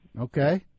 okay